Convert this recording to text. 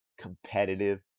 competitive